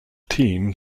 team